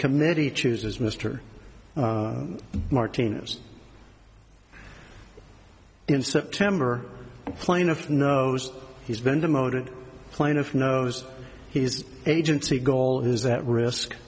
committee choose as mister martinez in september plaintiff knows he's been demoted plaintiff knows he's agency goal is that risk